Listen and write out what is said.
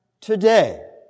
today